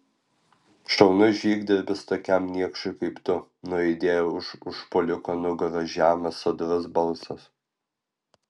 šaunus žygdarbis tokiam niekšui kaip tu nuaidėjo už užpuoliko nugaros žemas sodrus balsas